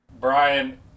Brian